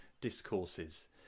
Discourses